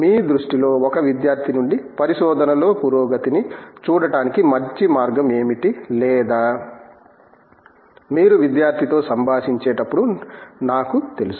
మీ దృష్టిలో ఒక వ్యక్తి విద్యార్థి నుండి పరిశోధనలో పురోగతిని చూడటానికి మంచి మార్గం ఏమిటి లేదా మీరు విద్యార్థితో సంభాషించేటప్పుడు నాకు తెలుసు